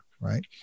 right